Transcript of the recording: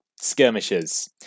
Skirmishes